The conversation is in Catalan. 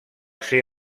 ser